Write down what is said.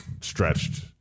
stretched